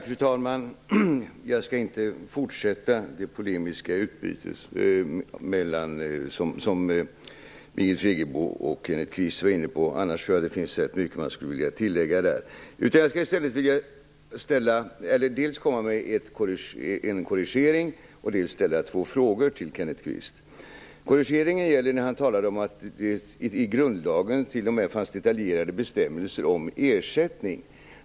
Fru talman! Jag skall inte fortsätta det polemiska utbytet som Birgit Friggebo och Kenneth Kvist var inne på. Annars tror jag att det finns ganska mycket som man skulle vilja tillägga. Jag skall i stället göra en korrigering och ställa två frågor till Kenneth Kvist. Korrigeringen gäller när han talar om att det i grundlagen t.o.m. finns detaljerade bestämmelser om ersättning.